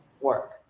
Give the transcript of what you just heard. work